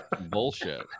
Bullshit